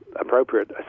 appropriate